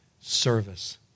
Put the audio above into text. service